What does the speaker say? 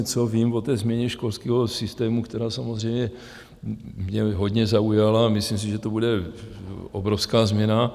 Co vím o změně školského systému, která samozřejmě mě hodně zaujala, myslím si, že to bude obrovská změna.